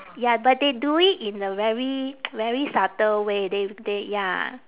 ya but they do it in a very very subtle way they they ya